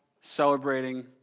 celebrating